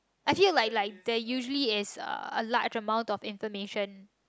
I feel like like there usually is a large amount of information